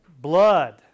Blood